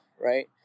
right